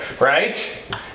right